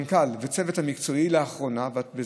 לאחרונה המנכ"ל והצוות המקצועי,